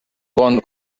bon